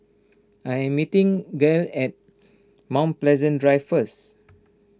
I am meeting Gael at Mount Pleasant Drive first